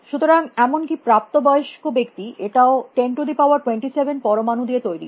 সুতরাং এমনকি প্রাপ্তবয়স্ক ব্যক্তি এটাও 1027 পরমাণু দিয়ে তৈরী